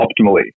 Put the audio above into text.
optimally